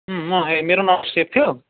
उम् अँ ए मेरोमा नम्बर सेभ थियो